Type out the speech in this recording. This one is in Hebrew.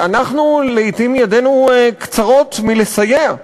אנחנו, לעתים, ידינו קצרות מלסייע.